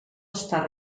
està